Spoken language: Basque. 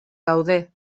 gaude